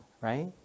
right